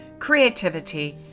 creativity